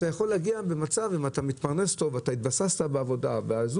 אם התבססת ואתה מתפרנס טוב אתה יכול להגיע